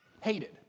hated